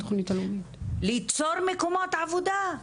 ליצור מקומות עבודה.